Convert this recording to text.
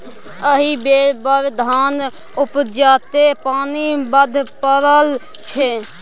एहि बेर बड़ धान उपजतै पानि बड्ड पड़ल छै